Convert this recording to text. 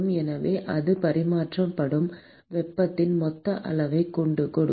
எனவே அது பரிமாற்றப்படும் வெப்பத்தின் மொத்த அளவைக் கொடுக்கும்